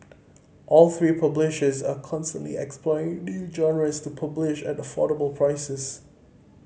all three publishers are constantly exploring new genres to publish at affordable prices